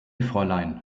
fräulein